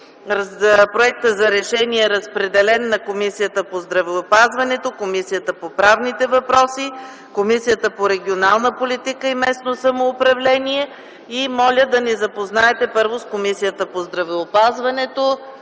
Проектът за решение е разпределен на Комисията по здравеопазването, Комисията по правните въпроси, Комисията по регионална политика и местно самоуправление. Добре дошъл и на министъра на здравеопазването!